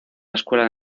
escuela